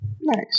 Nice